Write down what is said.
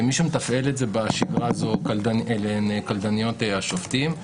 מי שמתפעל את זה בשגרה אלה הן קלדניות השופטים.